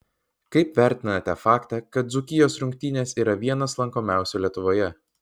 kaip vertinate faktą kad dzūkijos rungtynės yra vienas lankomiausių lietuvoje